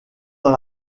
dans